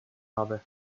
habe